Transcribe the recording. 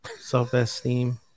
Self-esteem